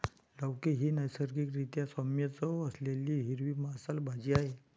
लौकी ही नैसर्गिक रीत्या सौम्य चव असलेली हिरवी मांसल भाजी आहे